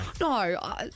No